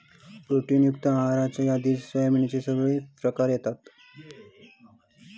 protein युक्त आहाराच्या यादीत सोयाबीनचे सगळे प्रकार येतत